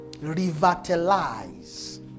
revitalize